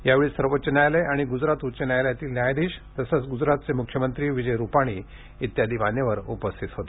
यावेळी सर्वोच्च न्यायालय आणि गुजरात उच्च न्यायालयातील न्यायाधीश तसंच गुजरातचे मुख्यमंत्री विजय रूपाणी इत्यादि मान्यवर उपस्थित होते